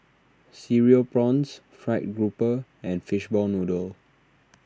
Cereal Prawns Fried Grouper and Fishball Noodle